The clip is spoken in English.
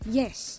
yes